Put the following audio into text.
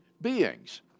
beings